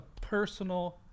personal